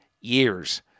years